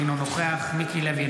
אינו נוכח מיקי לוי,